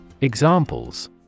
Examples